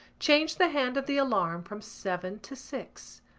changed the hand of the alarm from seven to six.